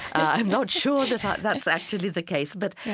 i'm not sure that ah that's actually the case, but,